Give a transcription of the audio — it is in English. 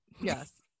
yes